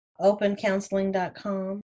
Opencounseling.com